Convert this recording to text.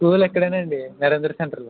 school ఇక్కడేనండి నరేంద్ర సెంటర్లో